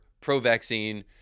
pro-vaccine